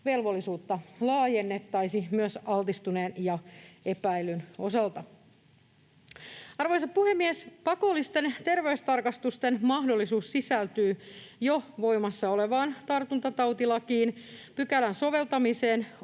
tiedonsaantivelvollisuutta laajennettaisiin myös altistuneen ja epäillyn osalta. Arvoisa puhemies! Pakollisten terveystarkastusten mahdollisuus sisältyy jo voimassa olevaan tartuntatautilakiin. Pykälän soveltamiseen